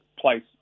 place